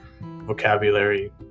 vocabulary